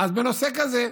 אז בנושא כזה,